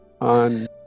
on